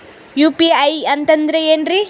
UPI ಅಂತಂದ್ರೆ ಏನ್ರೀ?